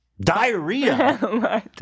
Diarrhea